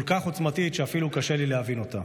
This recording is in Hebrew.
כל כך עוצמתית שאפילו קשה לי להבין אותה.